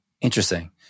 Interesting